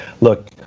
Look